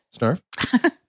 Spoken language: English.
snarf